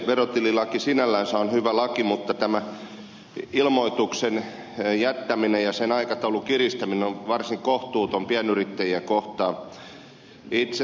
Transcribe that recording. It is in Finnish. verotililaki sinällänsä on hyvä laki mutta tämä ilmoituksen jättäminen ja sen aikataulun kiristäminen ovat varsin kohtuuttomia pienyrittäjiä kohtaan